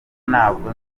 ntabwo